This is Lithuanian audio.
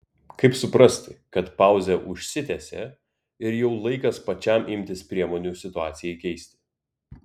kaip suprasti kad pauzė užsitęsė ir jau laikas pačiam imtis priemonių situacijai keisti